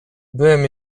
byłem